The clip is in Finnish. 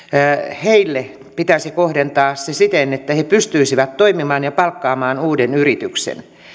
heille pitäisi kohdentaa se siten että he pystyisivät toimimaan ja palkkaamaan uuden työntekijän